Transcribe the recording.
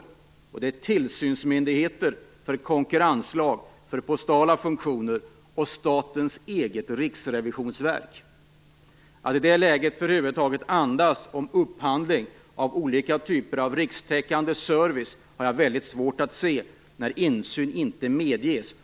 Det säger alltså tillsynsmyndigheterna för konkurrens och för postala funktioner och statens eget riksrevisionsverk. Att man i det läget över huvud taget andas om upphandling av olika typer av rikstäckande service har jag väldigt svårt att förstå, när insyn inte medges.